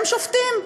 והם שופטים.